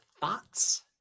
Thoughts